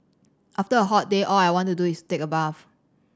after a hot day all I want to do is take a bath